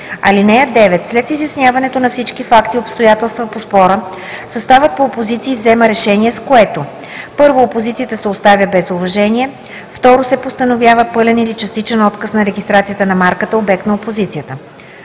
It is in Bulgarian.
срок. (9) След изясняването на всички факти и обстоятелства по спора съставът по опозиции взема решение, с което: 1. опозицията се оставя без уважение; 2. се постановява пълен или частичен отказ на регистрацията на марката – обект на опозиция.